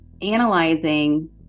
analyzing